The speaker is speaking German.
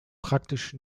praktisch